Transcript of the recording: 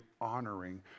honoring